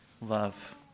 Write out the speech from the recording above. love